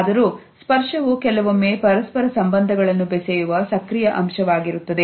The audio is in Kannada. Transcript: ಆದರೂ ಸ್ಪರ್ಶವು ಕೆಲವೊಮ್ಮೆ ಪರಸ್ಪರ ಸಂಬಂಧಗಳನ್ನು ಬೆಸೆಯುವ ಸಕ್ರಿಯ ಅಂಶವು ಆಗಿರುತ್ತದೆ